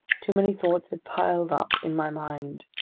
too many thoughts had piled up in my mind,